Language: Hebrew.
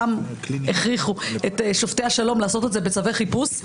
כמו שפעם הכריחו את שופטי השלום לעשות את זה בצווי חיפוש,